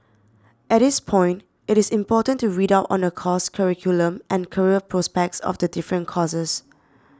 at this point it is important to read out on the course curriculum and career prospects of the different courses